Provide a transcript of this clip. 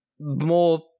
more